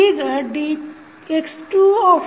ಈಗ dx2dtKJLx1t